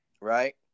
Right